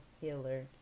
healer